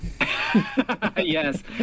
Yes